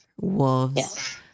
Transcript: wolves